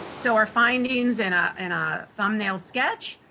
so our findings, in ah in a thumbnail sketch,